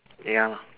ya